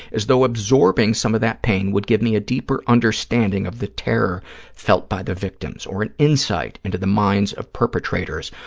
as though absorbing some of that pain would give me a deeper understanding of the terror felt by the victims or an insight into the minds of perpetrators,